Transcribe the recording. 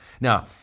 Now